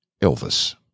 Elvis